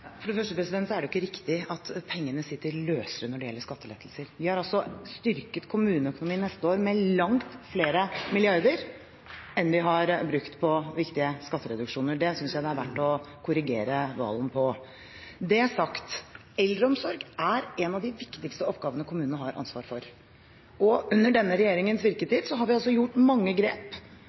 For det første er det ikke riktig at pengene sitter løsere når det gjelder skattelettelser. Vi har styrket kommuneøkonomien neste år med langt flere milliarder enn vi har brukt på viktige skattereduksjoner. Det synes jeg det er verdt å korrigere Serigstad Valen på. Når det er sagt: Eldreomsorg er en av de viktigste oppgavene kommunene har ansvar for. Under denne regjeringens virketid har vi gjort mange grep